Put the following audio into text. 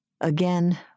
Again